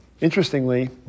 Interestingly